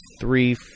three